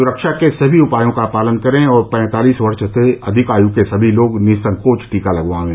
सुरक्षा के सभी उपायों का पालन करें और पैंतालीस वर्ष से अधिक आयु के सभी लोग निःसंकोच टीका लगवाएं